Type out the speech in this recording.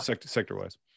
sector-wise